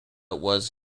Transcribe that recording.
was